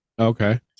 Okay